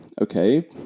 okay